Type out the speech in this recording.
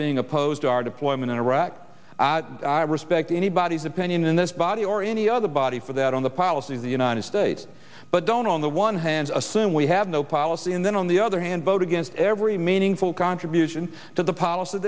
being opposed to our deployment in iraq i respect anybody's opinion in this body or any other body for that on the policy of the united states but don't on the one hand assume we have no policy and then on the other hand vote against every meaningful contribution to the policy